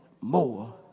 more